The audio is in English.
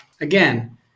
again